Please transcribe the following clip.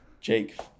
Jake